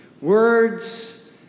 Words